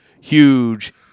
huge